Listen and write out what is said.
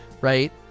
right